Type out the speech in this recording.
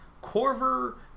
corver